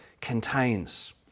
contains